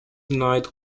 denied